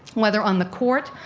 whether on the court,